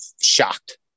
Shocked